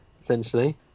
essentially